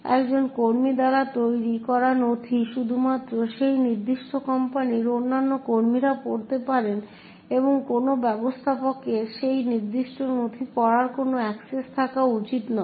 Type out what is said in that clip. একজন কর্মী দ্বারা তৈরি করা নথি শুধুমাত্র সেই নির্দিষ্ট কোম্পানির অন্যান্য কর্মীরা পড়তে পারেন এবং কোনও ব্যবস্থাপকের সেই নির্দিষ্ট নথি পড়ার কোনও অ্যাক্সেস থাকা উচিত নয়